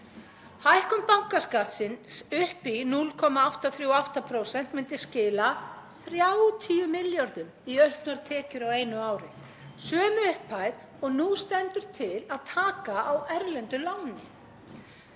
Hækkun bankaskattsins upp í 0,838% myndi skila 30 milljörðum í auknar tekjur á einu ári. Sömu upphæð og nú stendur til að taka með erlendu láni.